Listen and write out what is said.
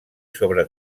sobre